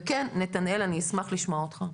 וכן, נתנאל, אני אשמח לשמוע אותך.